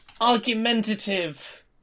Argumentative